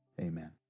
Amen